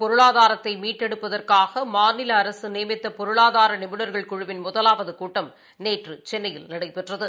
பொருளாதாரத்தைமீட்டெடுப்பதற்காகமாநிலஅரசுநியமித்தபொருளாதாரநிபுணர்கள் தமிழகத்தின் குழுவின் முதலாவதுகூட்டம் நேற்றுசென்னையில் நடைபெற்றது